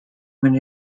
went